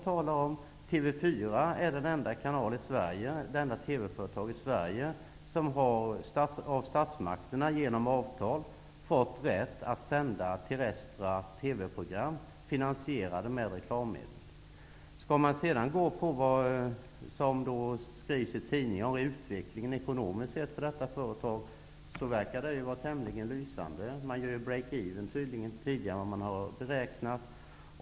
TV 4 är den enda kanal i Sverige som av statsmakterna genom avtal har fått rätt att sända TV-program som är finansierade med reklammedel. Skall man sedan gå på vad som skrivs i tidningarna om den ekonomisk utvecklingen för detta företag, verkar den vara tämligen lysande. Man har ju uppnått ''break-even'' tidigare än vad man har beräknat.